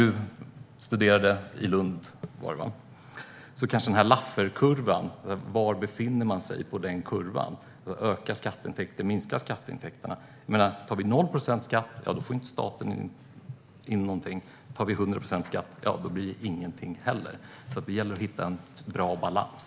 Daniel Sestrajcic kanske minns Lafferkurvan, som handlar om hur skatteintäkter ökar och minskar, från studietiden i Lund. Om man tar 0 procent i skatt får inte staten in någonting, och om man tar 100 procent i skatt får man inte heller in någonting. Det gäller alltså att hitta en bra balans.